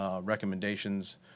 recommendations